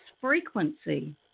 frequency